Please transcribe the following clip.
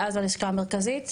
ואז ללשכה המרכזית,